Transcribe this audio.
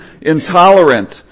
intolerant